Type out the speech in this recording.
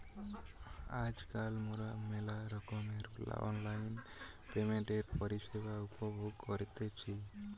আজকাল মোরা মেলা রকমের অনলাইন পেমেন্টের পরিষেবা উপভোগ করতেছি